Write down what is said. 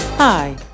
Hi